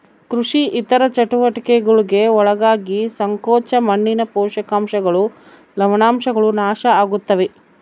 ಕೃಷಿ ಇತರ ಚಟುವಟಿಕೆಗುಳ್ಗೆ ಒಳಗಾಗಿ ಸಂಕೋಚ ಮಣ್ಣಿನ ಪೋಷಕಾಂಶಗಳು ಲವಣಾಂಶಗಳು ನಾಶ ಆಗುತ್ತವೆ